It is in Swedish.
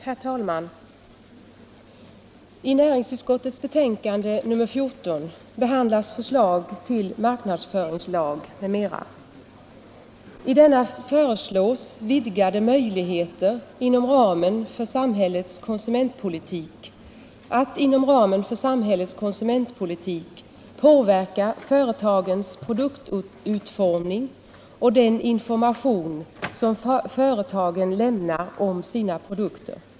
Herr talman! I näringsutskottets betänkande nr 14 behandlas förslag till marknadsföringslag m.m. Förslaget upptar vidgade möjligheter att inom ramen för samhällets konsumentpolitik påverka företagens produktutformning och den information som företagen lämnar om sina produkter.